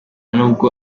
n’ubwo